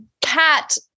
cat